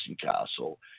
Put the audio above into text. castle